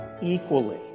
equally